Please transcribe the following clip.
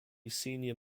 senior